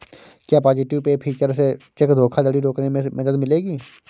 क्या positive pay feature से cheque धोखाधड़ी रोकने में मदद मिलेगी?